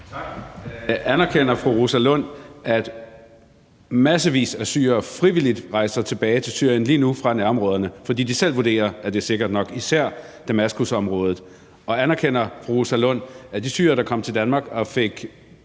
Tak. Anerkender fru Rosa Lund, at massevis af syrere fra nærområderne frivilligt rejser tilbage til Syrien lige nu, fordi de selv vurderer, at det er sikkert nok, især til Damaskusområdet, og anerkender fru Rosa Lund, at de syrere, der kom til Danmark og fik